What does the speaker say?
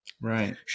Right